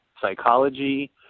psychology